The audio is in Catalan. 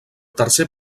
tercer